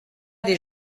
des